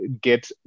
get